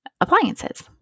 appliances